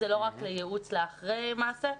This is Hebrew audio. זה לא רק לייעוץ אחרי מעה?